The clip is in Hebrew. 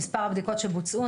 מספר הבדיקות שבוצעו,